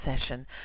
session